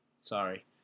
sorry